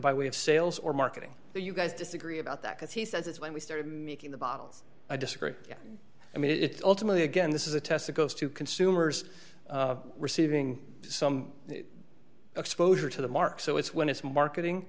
by way of sales or marketing but you guys disagree about that because he says it's when we started making the bottles i disagree i mean it's ultimately again this is a test that goes to consumers receiving some exposure to the mark so it's when its marketing